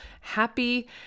happy